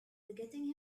getting